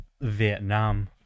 Vietnam